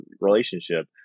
relationship